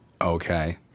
Okay